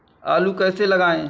आलू कैसे लगाएँ?